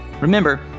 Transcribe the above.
Remember